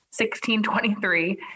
1623